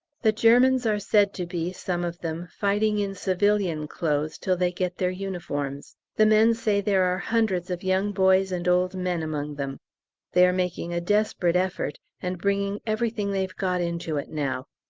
the germans are said to be, some of them, fighting in civilian clothes till they get their uniforms. the men say there are hundreds of young boys and old men among them they are making a desperate effort and bringing everything they've got into it now.